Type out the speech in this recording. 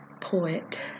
poet